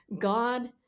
God